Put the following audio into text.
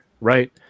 right